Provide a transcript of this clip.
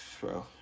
bro